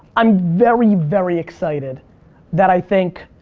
i'm very, very excited that i think